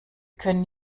können